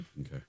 Okay